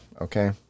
Okay